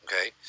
okay